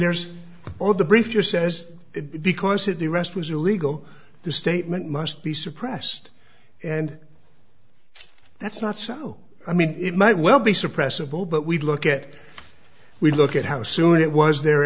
there's all the briefs you're says because of the rest was illegal the statement must be suppressed and that's not so i mean it might well be suppressive zero but we'd look at we look at how soon it was there